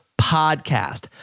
Podcast